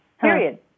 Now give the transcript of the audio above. Period